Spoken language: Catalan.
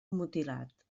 mutilat